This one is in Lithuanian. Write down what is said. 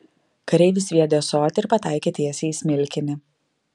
kareivis sviedė ąsotį ir pataikė tiesiai į smilkinį